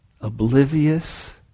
oblivious